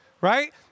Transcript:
Right